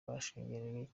bashungereye